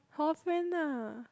hall friend ah